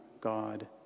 God